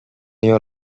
your